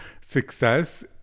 success